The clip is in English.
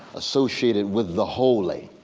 associated with the holy,